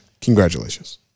Congratulations